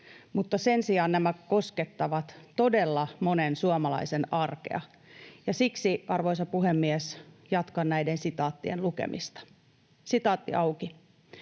mutta sen sijaan nämä koskettavat todella monen suomalaisen arkea. Ja siksi, arvoisa puhemies, jatkan näiden sitaattien lukemista. ”Olen töissä